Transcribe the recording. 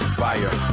fire